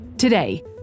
Today